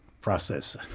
process